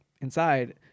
Inside